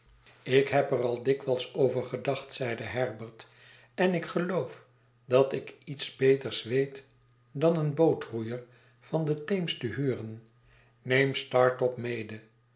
ik heb er al dikwijls over gedacht zeide herbert en ik geloof dat ik iets beters weet dan een bootroeier van den teems te huren neem startop mede